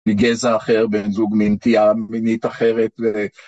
מגזע אחר, בן זוג מנטיה מינית אחרת.